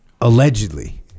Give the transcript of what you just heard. allegedly